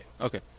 Okay